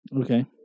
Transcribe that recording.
Okay